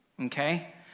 okay